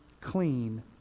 clean